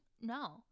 No